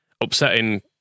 upsetting